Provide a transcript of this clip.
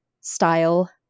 style